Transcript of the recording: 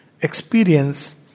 experience